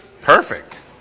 Perfect